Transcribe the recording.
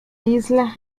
isla